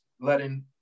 letting